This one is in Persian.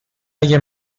اگه